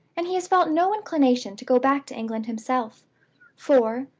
and he has felt no inclination to go back to england himself for,